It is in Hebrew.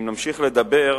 אם נמשיך לדבר,